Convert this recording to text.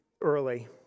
early